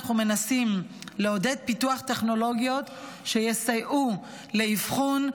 אנחנו מנסים לעודד פיתוח טכנולוגיות שיסייעו לאבחון,